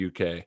uk